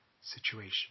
situation